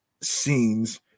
scenes